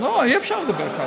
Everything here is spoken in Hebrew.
אי-אפשר לדבר ככה.